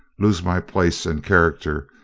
lose my place and character,